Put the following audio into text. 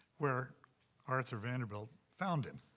where arthur vanderbilt found him.